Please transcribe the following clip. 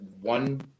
One